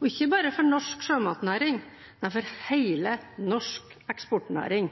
og ikke bare norsk sjømatnæring, men